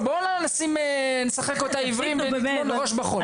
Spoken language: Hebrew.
בואי לא נשחק אותם עיוורים עם ראש בחול.